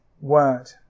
word